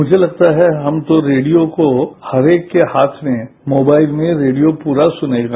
मुझे लगता है हम तो रेडियो को हर एक के राथ में मोबाइल में रेडियो पूरा सुनेगा